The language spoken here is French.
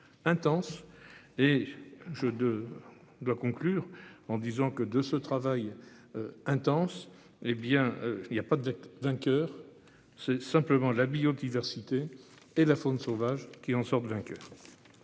de doit conclure en disant que, de ce travail. Intense, hé bien il y a pas de vainqueur, c'est simplement la biodiversité et la faune sauvage qui en sortent vainqueurs.